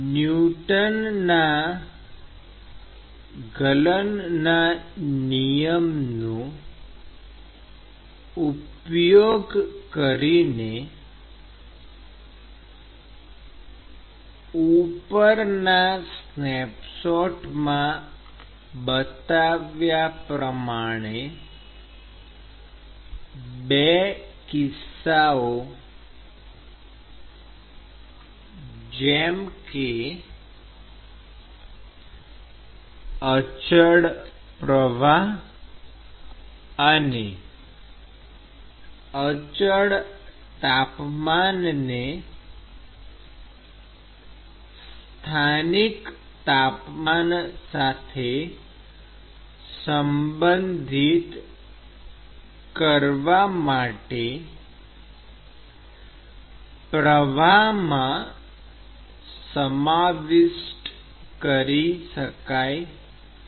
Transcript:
ન્યુટનના ગલનના નિયમનો ઉપયોગ કરીને ઉપરના સ્નેપશોટમાં બતાવ્યા પ્રમાણે બે કિસ્સાઓ જેમ કે અચળ પ્રવાહ અને અચળ તાપમાનને સ્થાનિક તાપમાન સાથે સંબંધિત કરવા માટે પ્રવાહમાં સમાવિષ્ટ કરી શકાય છે